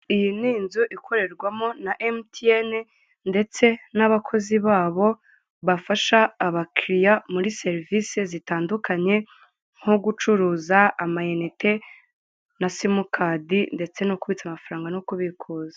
Iyi ni inzu ikorerwamo na Emutiyeni ndetse n'abakozi babo bafasha abakiriya, muri serivisi zitandukanye: nko gucuruza amayinite na simukadi ndetse no kubitsa amafaranga no kubikuza.